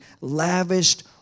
lavished